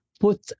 Put